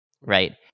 right